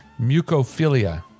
Mucophilia